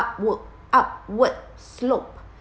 upward upward slope